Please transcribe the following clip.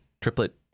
triplet